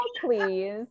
please